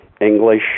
English